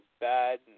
bad